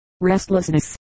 Restlessness